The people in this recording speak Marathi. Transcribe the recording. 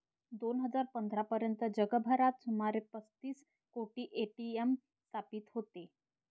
दोन हजार पंधरा पर्यंत जगभरात सुमारे पस्तीस कोटी ए.टी.एम स्थापित होते